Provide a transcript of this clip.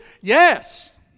yes